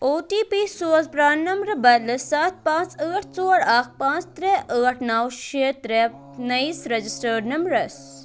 او T P سوز پرٛانہِ نَمبرٕ بَدلہٕ سَتھ پانٛژ ٲٹھ ژور اَکھ پانٛژ ترٛےٚ ٲٹھ نَو شےٚ ترٛےٚ نٔیِس رَجسٹٲڈ نَمبرَس